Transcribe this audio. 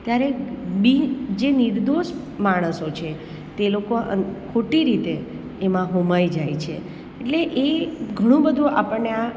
ત્યારે બી જે નિર્દોષ માણસો છે તે લોકો અને ખોટી રીતે એમાં હોમાઈ જાય છે એટલે એ ઘણું બધું આપણને આ